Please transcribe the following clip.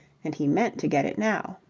and he meant to get it now.